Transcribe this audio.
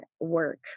work